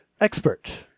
expert